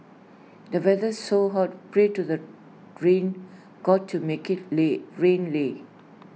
the weather's so hot pray to the rain God to make IT li rain li